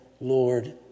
Lord